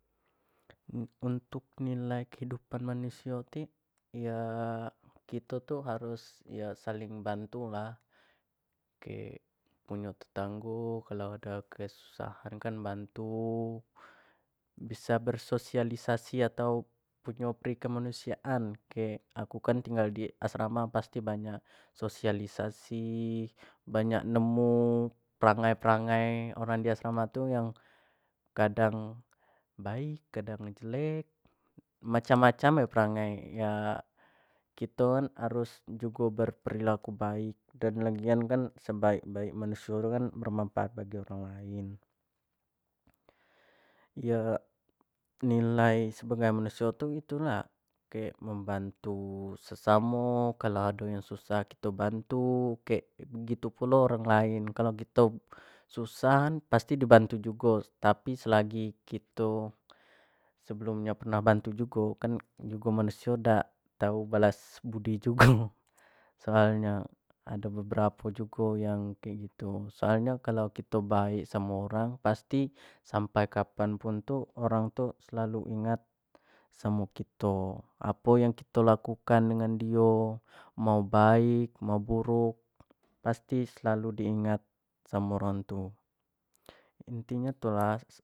Untuk nilai kehidupan manusia tik ya kita tuh harus ya saling bantulah oke punya tetangga kalau ada kesusahan kan bantu bisa bersosialisasi atau punya perikemanusiaan kek aku kan tinggal di asrama pasti banyak sosialisasi banyak nemu planet-plangai orang dia sama tuh yang kadang baik kadang jelek macam-macam perilaku baik dan lagian kan sebaik-baik manusia bermanfaat bagi orang lain ya nilai sebagai manusia itulah kayak membantu sesama kalau ada yang susah gitu bantu kayak gitu pula orang lain kalau gitu susah pasti dibantu juga tapi selagi kita sebelumnya pernah bantu juga tahu balas budi juga soalnya ada beberapa tu yang kayak gitu soalnya kalau gitu baik sama orang pasti sampai kapanpun tuh orang tuh selalu ingat sama kita apa yang kita lakukan dengan dia mau baik mau buruk pasti selalu diingat sama orang tu